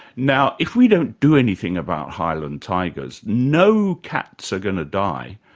now, if we don't do anything about highland tigers, no cats are going to die.